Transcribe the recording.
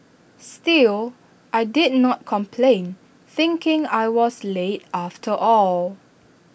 still I did not complain thinking I was late after all